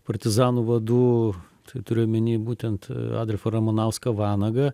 partizanų vadų tai turiu omeny būtent adolfą ramanauską vanagą